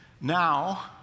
Now